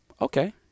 okay